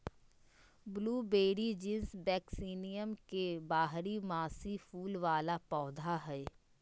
blueberry genus Vaccinium के बारहमासी फूल वला पौधा हइ